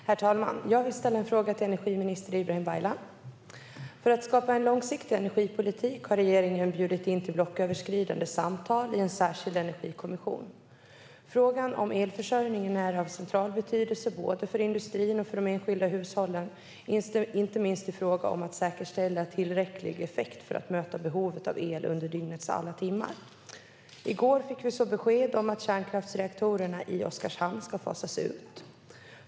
Herr talman! Jag vill ställa en fråga till energiminister Ibrahim Baylan. För att skapa en långsiktig energipolitik har regeringen bjudit in till blocköverskridande samtal i en särskild energikommission. Frågan om elförsörjningen är av central betydelse både för industrin och för de enskilda hushållen, inte minst i fråga om att säkerställa tillräcklig effekt för att möta behovet av el under dygnets alla timmar. I går fick vi beskedet att kärnkraftsreaktorerna i Oskarshamn ska fasas ut.